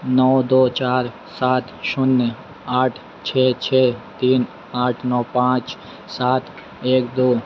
नौ दो चार सात शून्य आठ छः छः तीन आठ नौ पाँच सात एक दो